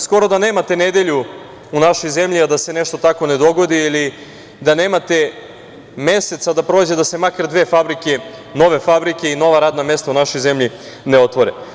Skoro da nemate nedelju u našoj zemlji, a da se nešto tako ne dogodi ili da nemate mesec da prođe, a da se makar dve fabrike, nove fabrike i nova radna mesta u našoj zemlji ne otvore.